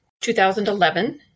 2011